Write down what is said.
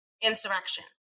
insurrection